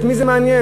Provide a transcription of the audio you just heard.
את מי זה יעניין?